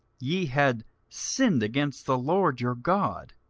ye had sinned against the lord your god,